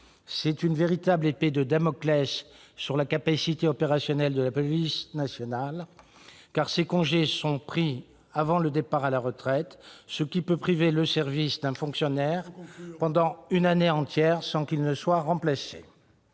une véritable épée de Damoclès sur la capacité opérationnelle de la police nationale, car ces congés sont pris avant le départ à la retraite, ce qui peut priver le service d'un fonctionnaire pendant une année entière, sans que celui-ci soit remplacé.